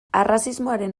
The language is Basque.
arrazismoaren